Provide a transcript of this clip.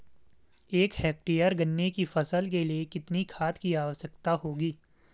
एक हेक्टेयर गन्ने की फसल के लिए कितनी खाद की आवश्यकता होगी?